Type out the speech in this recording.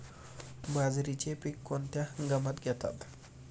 बाजरीचे पीक कोणत्या हंगामात घेतात?